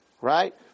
right